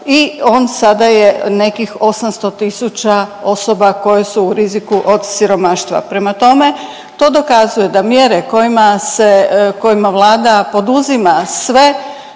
i on sada je nekih 800 tisuća osoba koje su u riziku od siromaštva. Prema tome, to dokazuje da mjere kojima Vlada poduzima sve